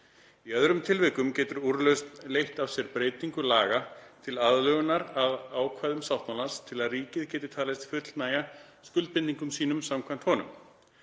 Í öðrum tilvikum getur úrlausn leitt af sér breytingu laga til aðlögunar að ákvæðum sáttmálans til að ríkið geti talist fullnægja skuldbindingum sínum samkvæmt honum.